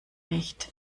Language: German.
nicht